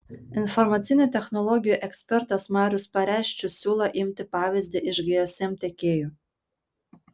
informacinių technologijų ekspertas marius pareščius siūlo imti pavyzdį iš gsm tiekėjų